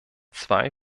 zwei